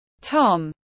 Tom